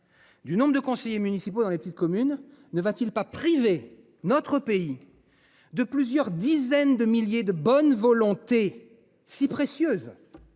du nombre de conseillers municipaux dans les petites communes ne privera t elle pas notre pays de plusieurs dizaines de milliers de bonnes volontés si précieuses ?